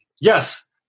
yes